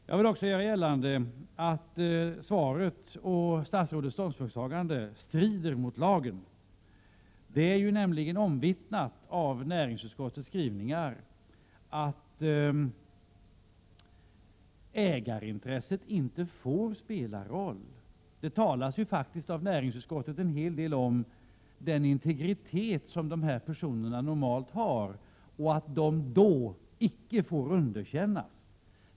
Jag vill också göra gällande att statsrådets svar och statsrådets ståndpunktstagande strider mot lagen. Det är nämligen omvittnat i näringsutskottets skrivningar att ägarintresset inte får spela in i sådana här sammanhang. Från näringsutskottets sida talas en hel del om den integritet dessa personer, som representerar betydande ägarintressen, normalt har, och det framhålls att de icke får underkännas i sådana här sammanhang.